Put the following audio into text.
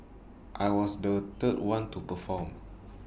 I was the third one to perform